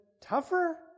tougher